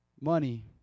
Money